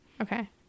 okay